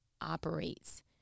operates